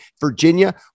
Virginia